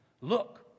Look